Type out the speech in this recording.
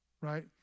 right